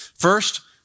First